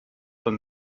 von